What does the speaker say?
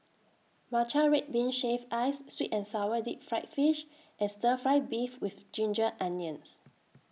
Matcha Red Bean Shaved Ice Sweet and Sour Deep Fried Fish and Stir Fry Beef with Ginger Onions